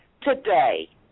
today